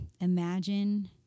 imagine